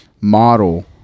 model